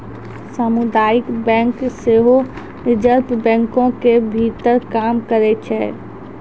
समुदायिक बैंक सेहो रिजर्वे बैंको के भीतर काम करै छै